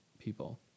people